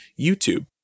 YouTube